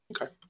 Okay